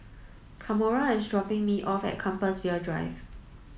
Kamora is dropping me off at Compassvale Drive